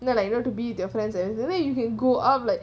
now like you know to be their friends and that way you can go out like